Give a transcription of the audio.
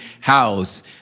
house